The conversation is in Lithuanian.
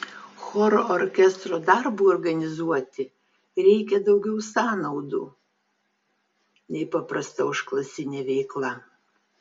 choro orkestro darbui organizuoti reikia daugiau sąnaudų nei paprasta užklasinė veikla